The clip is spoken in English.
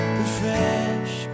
refresh